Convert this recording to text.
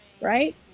right